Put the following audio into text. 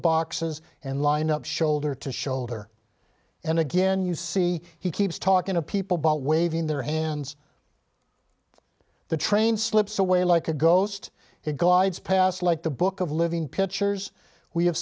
boxes and lined up shoulder to shoulder and again you see he keeps talking to people about waving their hands the train slips away like a ghost it glides past like the book of living pitchers we have